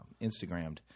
Instagrammed